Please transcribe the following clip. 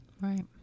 Right